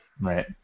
Right